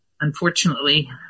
unfortunately